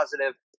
positive